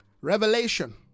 Revelation